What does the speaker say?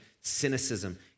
cynicism